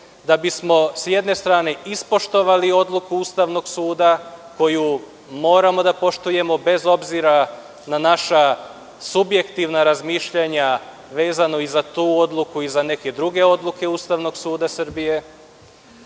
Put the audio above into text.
Da bismo s jedne strane ispoštovali odluku Ustavnog suda koju moramo da poštujemo, bez obzira na naša subjektivna razmišljanja vezano za tu odluku i za neke druge odluke Ustavnog suda Srbije.